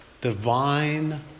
divine